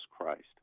Christ